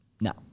No